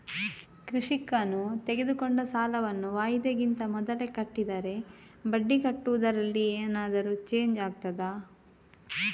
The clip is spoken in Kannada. ಕೃಷಿಕನು ತೆಗೆದುಕೊಂಡ ಸಾಲವನ್ನು ವಾಯಿದೆಗಿಂತ ಮೊದಲೇ ಕಟ್ಟಿದರೆ ಬಡ್ಡಿ ಕಟ್ಟುವುದರಲ್ಲಿ ಏನಾದರೂ ಚೇಂಜ್ ಆಗ್ತದಾ?